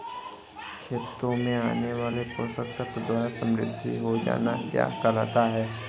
खेतों में आने वाले पोषक तत्वों द्वारा समृद्धि हो जाना क्या कहलाता है?